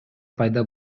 пайда